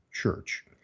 church